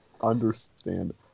understand